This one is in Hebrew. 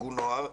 ארגון נוער,